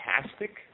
fantastic